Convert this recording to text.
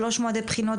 שלושה מועדי בחינות,